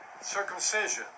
circumcision